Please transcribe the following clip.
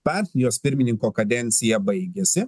partijos pirmininko kadencija baigiasi